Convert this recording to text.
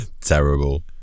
terrible